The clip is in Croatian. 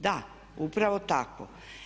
Da, upravo tako.